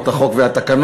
או את החוק והתקנות,